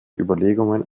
überlegungen